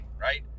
Right